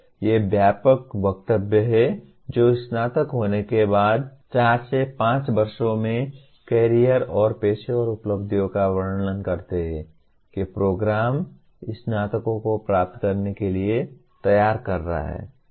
ये व्यापक वक्तव्य हैं जो स्नातक होने के बाद चार से पांच वर्षों में कैरियर और पेशेवर उपलब्धियों का वर्णन करते हैं कि प्रोग्राम स्नातकों को प्राप्त करने के लिए तैयार कर रहा है